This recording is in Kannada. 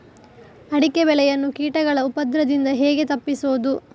ಅಡಿಕೆ ಬೆಳೆಯನ್ನು ಕೀಟಗಳ ಉಪದ್ರದಿಂದ ಹೇಗೆ ತಪ್ಪಿಸೋದು?